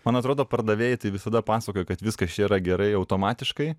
man atrodo pardavėjai tai visada pasakojo kad viskas čia yra gerai automatiškai